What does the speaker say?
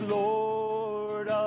lord